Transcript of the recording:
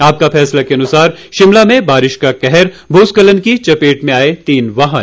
आपका फैसला के अनुसार शिमला में बारिश का कहर भूस्खलन की चपेट में आए तीन वाहन